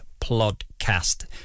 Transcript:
podcast